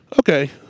Okay